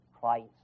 Christ